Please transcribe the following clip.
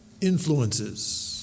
influences